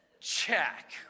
check